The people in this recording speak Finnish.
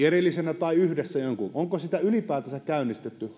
erillisenä tai yhdessä onko sitä ylipäätänsä käynnistetty